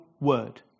word